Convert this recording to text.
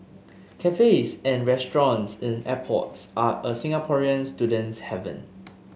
cafes and restaurants in airports are a Singaporean student's haven